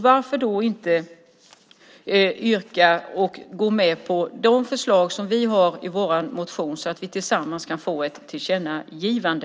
Varför då inte yrka bifall till de förslag som vi har i vår motion så att vi tillsammans kan få ett tillkännagivande?